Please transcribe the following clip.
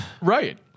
right